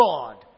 God